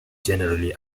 generally